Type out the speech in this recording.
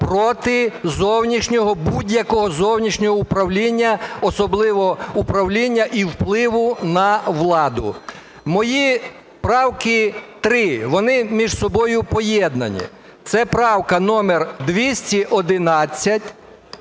проти зовнішнього, будь-якого зовнішнього управління, особливо управління і впливу на владу. Мої правки три, вони між собою поєднані. Це правка номер 211,